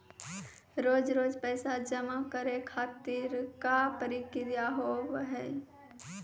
रोज रोज पैसा जमा करे खातिर का प्रक्रिया होव हेय?